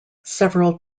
several